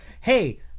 hey